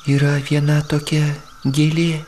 yra viena tokia gėlė